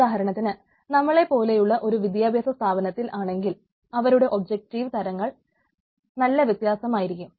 ഉദാഹരണത്തിന് നമ്മളെ പൊലെയുള്ള ഒരു വിദ്യാഭ്യാസ സ്ഥാപനത്തിൽ ആണെങ്കിൽ അവരുടെ ഒബ്ജക്ടീവ് തരങ്ങൾ നല്ല വ്യത്യാസമായിരിക്കും